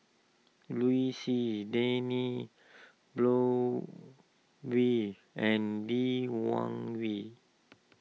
Liu Si Dennis Blood we and Lee Wung Yew